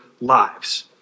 lives